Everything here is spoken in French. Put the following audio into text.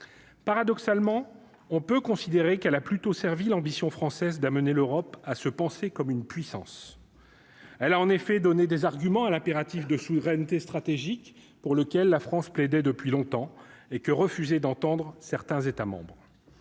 paradoxalement, on peut considérer qu'elle a plutôt servi l'ambition française d'amener l'Europe à se penser comme une puissance, elle a en effet donné des arguments à l'impératif de souveraineté stratégique pour lequel la France plaidait depuis longtemps et que refuser d'entendre certains États membres,